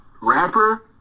rapper